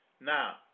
Now